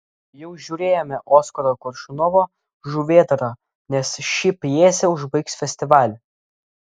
jau žiūrėjome oskaro koršunovo žuvėdrą nes ši pjesė užbaigs festivalį